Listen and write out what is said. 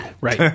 Right